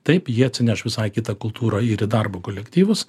taip jie atsineš visai kitą kultūrą ir į darbo kolektyvus